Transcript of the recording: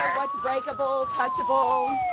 what's breakable, touchable.